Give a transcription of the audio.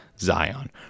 Zion